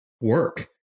work